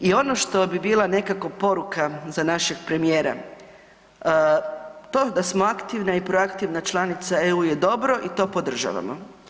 I ono što bi bila nekako poruka za našeg premijera, to da smo aktivna i proaktivna članica EU je dobro i to podržavamo.